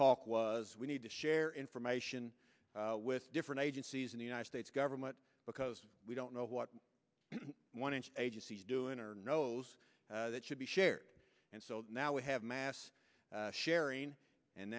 talk was we need to share information with different agencies in the united states government because we don't know what one inch agency's doing or knows that should be shared and so now we have mass sharing and